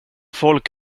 folk